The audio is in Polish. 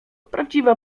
prawdziwa